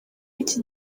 iki